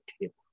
table